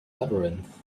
labyrinth